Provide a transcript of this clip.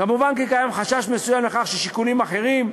כמובן, כי קיים חשש מסוים ששיקולים אחרים,